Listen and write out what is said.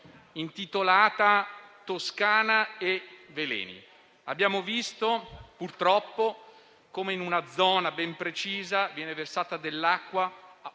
intitolata: «Toscana e veleni». Abbiamo visto, purtroppo, come in una zona ben precisa viene versata dell'acqua